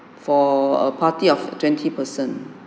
for a party of twenty person